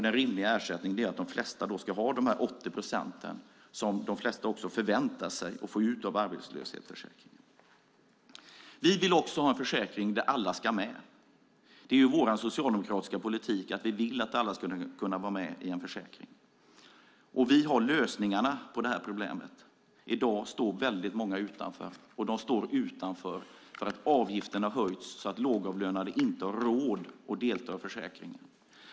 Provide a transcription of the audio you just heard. Den rimliga ersättningen är att de flesta ska ha de 80 procent som de förväntar sig att få ut av arbetslöshetsförsäkringen. Vi vill ha en försäkring där alla ska med. Det är vår socialdemokratiska politik att vi vill att alla ska kunna vara med i en försäkring. I dag står många utanför. De står utanför för att avgifterna har höjts så att lågavlönade inte har råd att vara med i försäkringen.